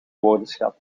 woordenschat